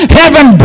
heaven